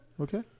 okay